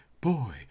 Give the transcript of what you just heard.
boy